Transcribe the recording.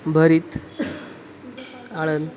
भरीत अळण